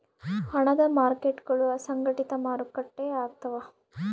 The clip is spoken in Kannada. ಹಣದ ಮಾರ್ಕೇಟ್ಗುಳು ಅಸಂಘಟಿತ ಮಾರುಕಟ್ಟೆ ಆಗ್ತವ